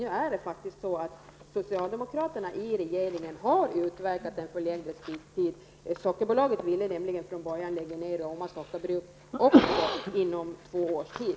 Det är faktiskt så att socialdemokraterna i regeringen har utverkat en förlängd respittid. Sockerbolaget ville nämligen från början lägga ned även Roma sockerbruk inom två års tid.